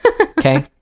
Okay